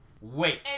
Wait